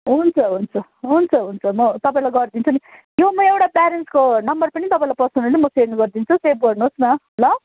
हुन्छ हुन्छ हुन्छ हुन्छ म तपाईँलाई गरिदिन्छु नि यो म एउटा प्यारेन्ट्सको नम्बर पनि तपाईँलाई पर्सनली म सेन्ड गरिदिन्छु सेभ गर्नुहोस् न ल